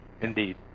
indeed